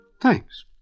Thanks